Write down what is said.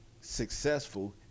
successful